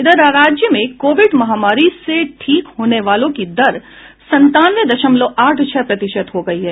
इधर राज्य में कोविड महामारी से ठीक होने वालों की दर संतानवे दशमलव आठ छह प्रतिशत हो गयी है